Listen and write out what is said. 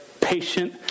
patient